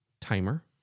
timer